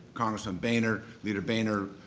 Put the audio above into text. congressman boehner leader boehner,